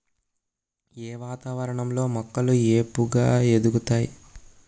ఏ వాతావరణం లో మొక్కలు ఏపుగ ఎదుగుతాయి?